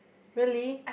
really